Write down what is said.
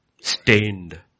stained